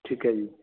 ਠੀਕ ਹੈ ਜੀ